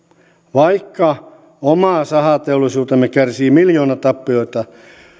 vaikka oma sahateollisuutemme kärsii miljoonatappioita